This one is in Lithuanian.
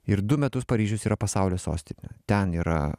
ir du metus paryžius yra pasaulio sostinė ten yra